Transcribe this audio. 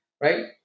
right